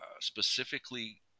specifically